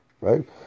right